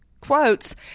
quotes